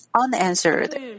unanswered